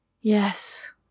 Yes